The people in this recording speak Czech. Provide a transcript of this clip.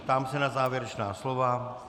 Ptám se na závěrečná slova.